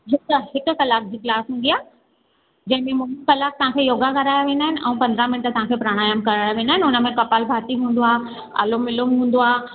ईअं त हिकु कलाकु जी क्लास हूंदी आहे जंहिंमे मुनो कलाकु तव्हांखे योगा कराया वेंदा आहिनि ऐं पंदरहां मिनट तव्हांखे प्रणायाम कराया वेंदा आहिनि हुन में कपालभाती हूंदो आहे अनुलोम विलोम हूंदो आहे